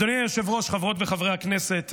אדוני היושב-ראש, חברות וחברי הכנסת,